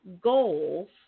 goals